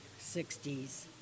60s